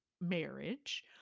marriage